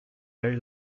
very